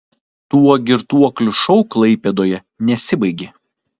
tuo girtuoklių šou klaipėdoje nesibaigė